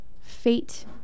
Fate